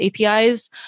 APIs